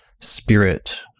spirit